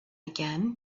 again